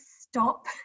stop